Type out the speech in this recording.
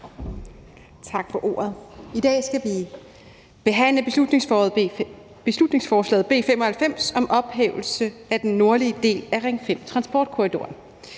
Tak for ordet. I dag skal vi behandle beslutningsforslaget B 95 om ophævelse af den nordlige del af Ring 5-transportkorridoren.